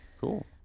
cool